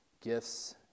gifts